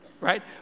right